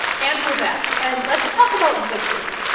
and we're back. and let's talk about victory.